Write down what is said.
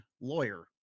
lawyer